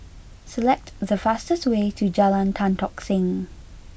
select the fastest way to Jalan Tan Tock Seng